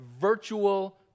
virtual